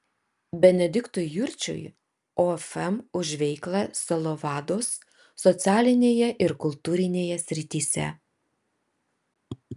benediktui jurčiui ofm už veiklą sielovados socialinėje ir kultūrinėje srityse